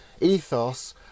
ethos